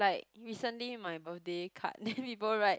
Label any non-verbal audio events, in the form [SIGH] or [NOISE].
like recently my birthday card then [LAUGHS] people write